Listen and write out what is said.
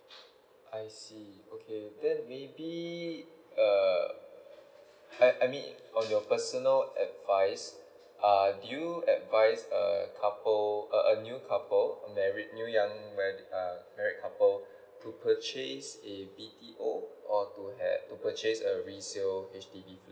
I see okay then maybe err I I mean on your personal advise ah do you advise a couple a a new couple a married new young marri~ uh married couple to purchase a B_T_O or to have to purchase a resale H_D_B flat